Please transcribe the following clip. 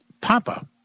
Papa